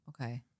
Okay